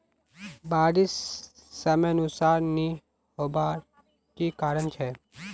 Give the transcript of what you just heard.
बारिश समयानुसार नी होबार की कारण छे?